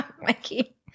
Mikey